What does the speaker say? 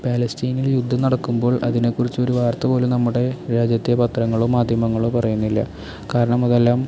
പാലസ്തീനിൽ യുദ്ധം നടക്കുമ്പോൾ അതിനെക്കുറിച്ച് ഒരു വാർത്ത പോലും നമ്മുടെ രാജ്യത്തെ പത്രങ്ങളും മാധ്യമങ്ങളും പറയുന്നില്ല കാരണം അതെല്ലാം